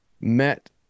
met